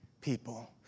people